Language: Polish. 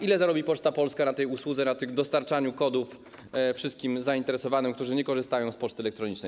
Ile zarobi Poczta Polska na tej usłudze, na dostarczaniu kodów wszystkim zainteresowanym, którzy nie korzystają z poczty elektronicznej?